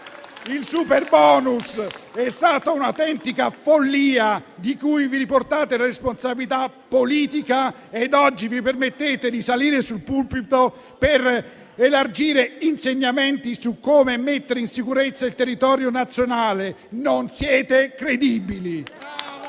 Il superbonus è stata un'autentica follia, di cui portate la responsabilità politica ed oggi vi permettete di salire sul pulpito per elargire insegnamenti su come mettere in sicurezza il territorio nazionale. Non siete credibili.